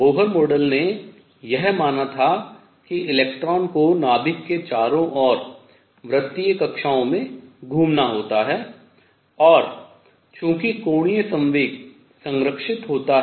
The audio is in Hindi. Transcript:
बोहर मॉडल ने यह माना था कि इलेक्ट्रॉनों को नाभिक के चारों ओर वृतीय कक्षाओं में घूमना होता है और चूँकि कोणीय संवेग संरक्षित होता है